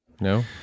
No